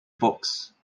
books